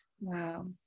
Wow